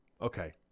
Okay